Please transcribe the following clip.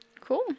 Cool